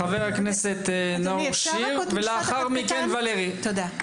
חבר הכנסת נאור שירי, בבקשה.